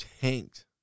tanked